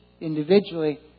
individually